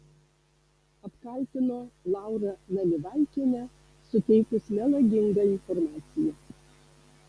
apkaltino laurą nalivaikienę suteikus melagingą informaciją